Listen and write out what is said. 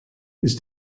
ist